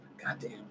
Goddamn